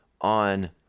on